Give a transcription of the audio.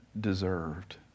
deserved